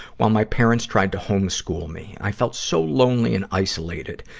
while my parents tried to homeschool me. i felt so lonely and isolated.